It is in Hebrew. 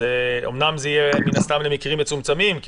מן הסתם זה יהיה למקרים מצומצמים כי